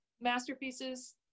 masterpieces